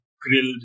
grilled